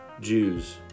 Jews